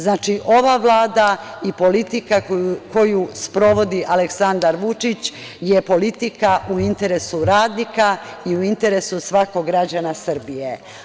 Znači, ova Vlada i politika koju sprovodi Aleksandar Vučić, je politika u interesu radnika i u interesu svakog građana Srbije.